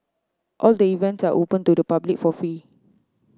all the events are open to the public for free